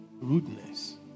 rudeness